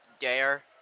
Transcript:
dare